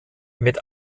mit